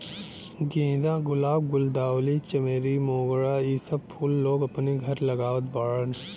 गेंदा, गुलाब, गुलदावरी, चमेली, मोगरा इ सब फूल लोग अपने घरे लगावत बाड़न